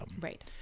Right